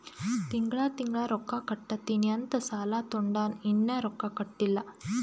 ತಿಂಗಳಾ ತಿಂಗಳಾ ರೊಕ್ಕಾ ಕಟ್ಟತ್ತಿನಿ ಅಂತ್ ಸಾಲಾ ತೊಂಡಾನ, ಇನ್ನಾ ರೊಕ್ಕಾ ಕಟ್ಟಿಲ್ಲಾ